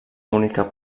única